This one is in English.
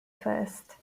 first